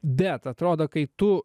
bet atrodo kai tu